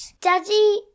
Daddy